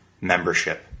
membership